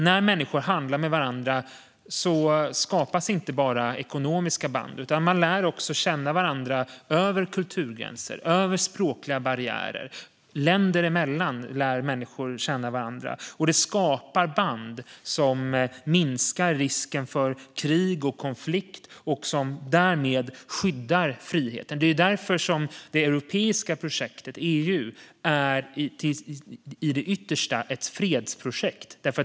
När människor handlar med varandra skapas inte bara ekonomiska band, utan man lär också känna varandra över kulturgränser och över språkliga barriärer. Länder emellan lär människor känna varandra, och det skapar band som minskar risken för krig och konflikt och som därmed skyddar friheten. Det är därför som det europeiska projektet, EU, ytterst är ett fredsprojekt.